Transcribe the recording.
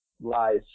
lies